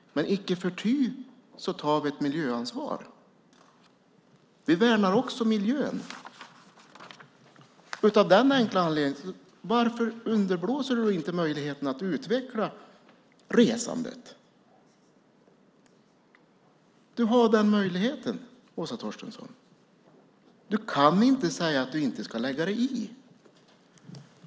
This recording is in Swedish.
Men icke förty tar vi ett miljöansvar. Vi värnar också om miljön. Varför underblåser då inte ministern möjligheten att utveckla resandet? Du har den möjligheten, Åsa Torstensson. Du kan inte säga att du inte ska lägga dig i.